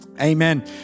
Amen